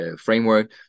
framework